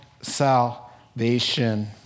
salvation